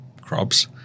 crops